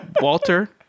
Walter